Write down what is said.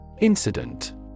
Incident